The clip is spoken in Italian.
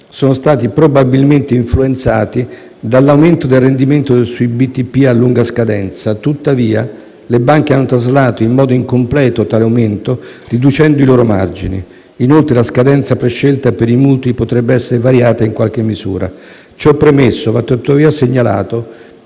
sono stati probabilmente influenzati dall'aumento del rendimento sui BTP a lunga scadenza. Tuttavia, le banche hanno traslato in modo incompleto tale aumento, riducendo i loro margini. Inoltre, la scadenza prescelta per i mutui potrebbe essere variata in qualche misura. Ciò premesso, va tuttavia segnalato